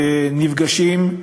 והמעצמות נפגשים,